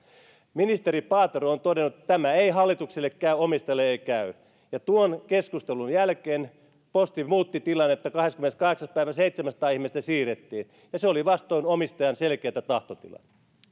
ministeri paatero on todennut että tämä ei hallitukselle käy omistajalle ei käy ja tuon keskustelun jälkeen posti muutti tilannetta kahdeskymmeneskahdeksas päivä seitsemänsataa ihmistä siirrettiin ja se oli vastoin omistajan selkeätä tahtotilaa